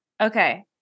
Okay